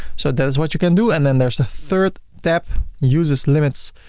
so that is what you can do and then there's a third tab usage limits.